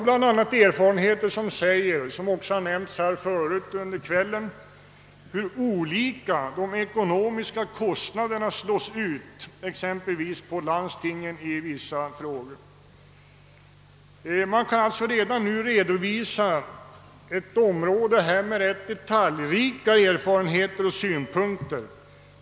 Såsom nämnts tidigare i kväll har vi erfarenheter av hur olikmässigt kostnaderna slås ut på landstingen. Man kan redan nu redovisa rätt detaljrika erfarenheter och synpunkter.